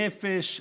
נפש,